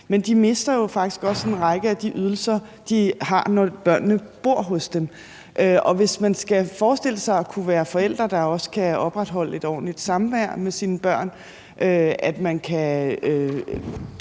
jo faktisk også en række af de ydelser, de har, når børnene bor hos dem. Og hvis man skal forestille sig at kunne være forældre, der også kan opretholde et ordentligt samvær med sine børn – at man kan